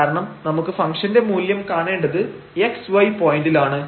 കാരണം നമുക്ക് ഫംഗ്ഷന്റെ മൂല്യം കാണേണ്ടത് x y പോയന്റിൽ ആണ്